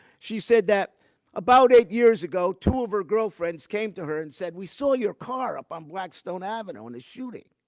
she said that about eight years ago, two of her girlfriends came to her and said, we saw your car up on blackstone avenue in a shooting.